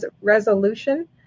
resolution